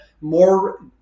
more